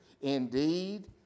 indeed